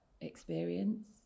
experience